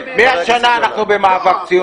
100 שנה אנחנו במאבק ציוני.